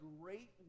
great